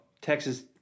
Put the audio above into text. Texas